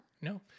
No